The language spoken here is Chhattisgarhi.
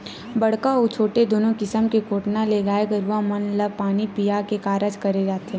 बड़का अउ छोटे दूनो किसम के कोटना ले गाय गरुवा मन ल पानी पीया के कारज करे जाथे